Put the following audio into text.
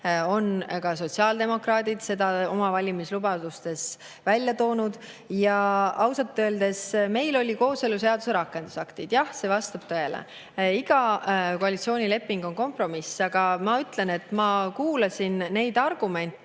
Ka sotsiaaldemokraadid on seda oma valimislubadustes välja toonud. Ausalt öeldes, meil olid [programmis] kooseluseaduse rakendusaktid. Jah, see vastab tõele. Iga koalitsioonileping on kompromiss. Aga ma ütlen, et ma kuulasin neid argumente,